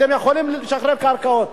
אתם יכולים לשחרר קרקעות.